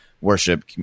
worship